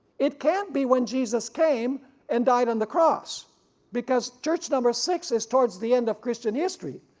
it can't be when jesus came and died on the cross because church number six is towards the end of christian history.